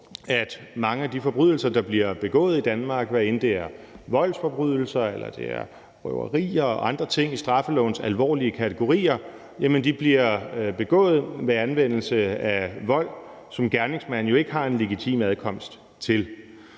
at mange af de forbrydelser, der bliver begået i Danmark, hvad enten det er voldsforbrydelser eller røverier eller andre ting i straffelovens alvorlige kategorier, bliver begået med anvendelse af vold, som gerningsmanden jo ikke har en legitim adkomst til.